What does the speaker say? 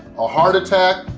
a heart attack,